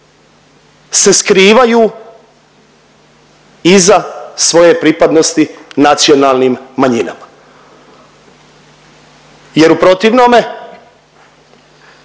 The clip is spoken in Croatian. se skrivaju iza svoje pripadnosti nacionalnim manjinama jer u protivnome